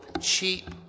cheap